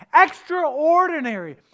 Extraordinary